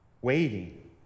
waiting